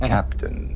Captain